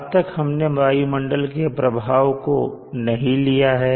अब तक हमने वायुमंडल के प्रभाव को नहीं लिया है